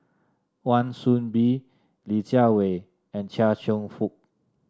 Wan Soon Bee Li Jiawei and Chia Cheong Fook